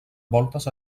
voltes